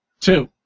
Two